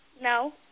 No